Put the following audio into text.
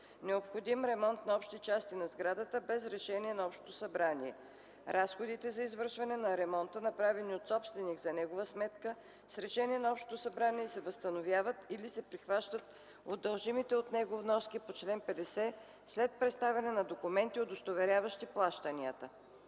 необходим ремонт на общи части на сградата без решение на общото събрание. Разходите за извършване на ремонта, направени от собственик за негова сметка, с решение на общото събрание се възстановяват или се прихващат от дължимите от него вноски по чл. 50 след представяне на документи, удостоверяващи плащанията.”